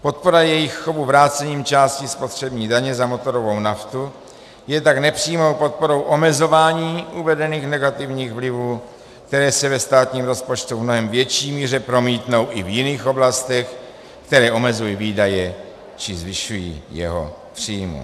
Podpora jejich chovu vrácením části spotřební daně za motorovou naftu je tak nepřímou podporou omezování uvedených negativních vlivů, které se ve státním rozpočtu v mnohem větší míře promítnou i v jiných oblastech, které omezují výdaje či zvyšují jeho příjmy.